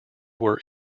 were